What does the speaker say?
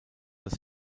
das